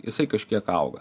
jisai kažkiek auga